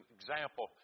example